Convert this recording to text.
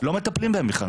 לא מטפלים בהם בכלל,